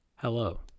Hello